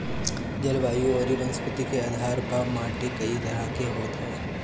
जलवायु अउरी वनस्पति के आधार पअ माटी कई तरह के होत हवे